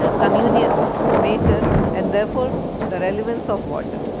ah communion with nature and therefore the relevance of water.